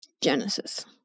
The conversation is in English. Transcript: Genesis